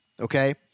okay